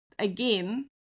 again